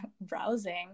browsing